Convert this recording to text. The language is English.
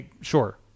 Sure